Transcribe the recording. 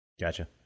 Gotcha